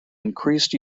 increased